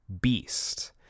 Beast